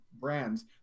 brands